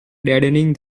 deadening